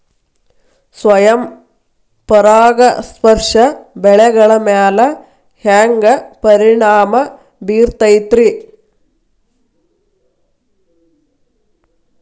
ಸ್ವಯಂ ಪರಾಗಸ್ಪರ್ಶ ಬೆಳೆಗಳ ಮ್ಯಾಲ ಹ್ಯಾಂಗ ಪರಿಣಾಮ ಬಿರ್ತೈತ್ರಿ?